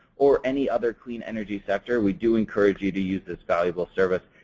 or any other clean energy sector, we do encourage you to use this valuable service.